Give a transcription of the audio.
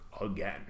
again